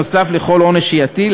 נוסף על כל עונש שיטיל,